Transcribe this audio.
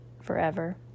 forever